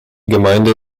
gemeinde